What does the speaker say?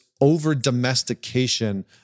over-domestication